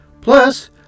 Plus